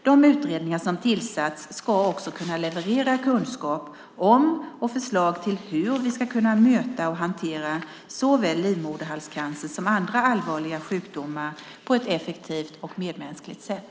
De utredningar som tillsatts ska också kunna leverera kunskap om och förslag till hur vi ska kunna möta och hantera såväl livmoderhalscancer som andra allvarliga sjukdomar på ett effektivt och medmänskligt sätt.